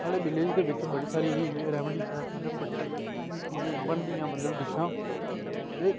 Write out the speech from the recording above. साढ़े विलेज दे बिच्च बड़ी सारी रैमडीस ऐ मतलव बड़ी सारी मतलव बनदियां डिश्शां दे